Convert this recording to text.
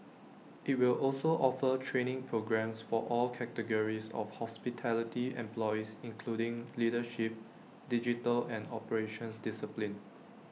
IT will also offer training programmes for all categories of hospitality employees including leadership digital and operations disciplines